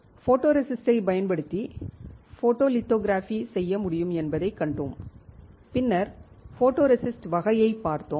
ஃபோட்டோரெஸ்டிஸ்ட்டைப் பயன்படுத்தி ஃபோட்டோலிதோகிராஃபி செய்ய முடியும் என்பதைக் கண்டோம் பின்னர் ஃபோட்டோரெசிஸ்ட் வகையைப் பார்த்தோம்